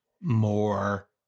more